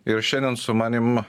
ir šiandien su manim